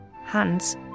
Hans